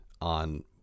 on